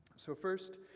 so first,